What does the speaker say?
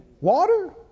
Water